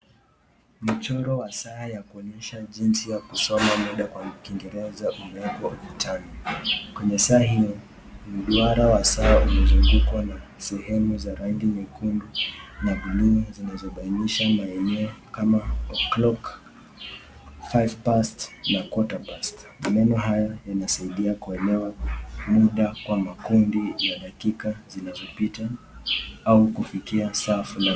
Michoro wa saa ya kuonyesha jinsi ya kusoma muda kwa kiingereza umewekwa ukutani. Kwenye saa hiyo, mduara wa saa umezungukwa nasehemu za rangi nyekundu na buluu zinazobainisha maeneo kama (cs) oclock, 5 past (cs) na (cs) quarter past (cs) maneno hayo yanasaidia kuelewa muda kwa makundi ya dakika zinazopita au kufikia saa fulani.